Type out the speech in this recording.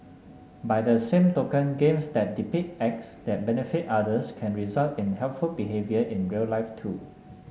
by the same token games that depict acts that benefit others can result in helpful behaviour in real life too